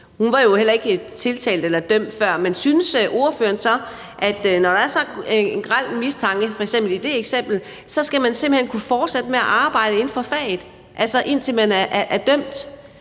Hun var jo heller ikke tiltalt eller dømt før. Men synes ordføreren så, at man, når der er så grel en mistanke som i det eksempel, så simpelt hen skal kunne fortsætte med at arbejde inden for faget, altså indtil man er dømt?